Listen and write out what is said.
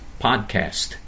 podcast